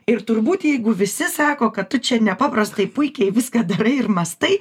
ir turbūt jeigu visi sako kad tu čia nepaprastai puikiai viską darai ir mąstai